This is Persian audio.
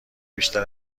بیشتر